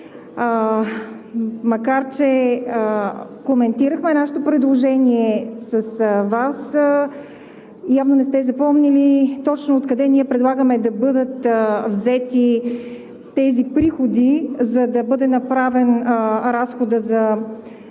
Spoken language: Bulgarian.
макар че коментирахме нашето предложение с Вас, явно не сте запомнили точно откъде предлагаме да бъдат взети тези приходи, за да бъде направен разходът за